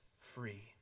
free